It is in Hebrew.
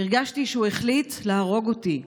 הרגשתי שהוא החליט להרוג אותי.